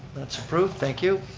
that's approved, thank you.